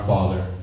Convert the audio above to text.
Father